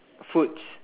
foods